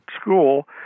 school